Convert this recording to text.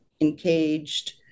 encaged